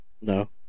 no